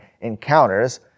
encounters